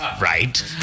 right